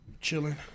chilling